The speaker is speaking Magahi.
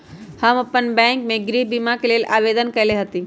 हम अप्पन बैंक में गृह बीमा के लेल आवेदन कएले हति